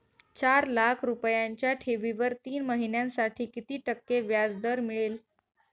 चार लाख रुपयांच्या ठेवीवर तीन महिन्यांसाठी किती टक्के व्याजदर मिळेल?